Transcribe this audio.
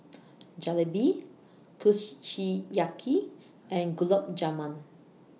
Jalebi Kushiyaki and Gulab Jamun